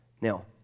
Now